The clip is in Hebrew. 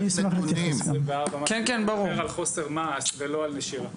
זה נתונים שמדברים על חוסר מעש ולא על נשירה.